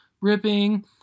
ripping